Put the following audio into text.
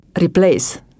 replace